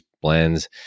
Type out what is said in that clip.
blends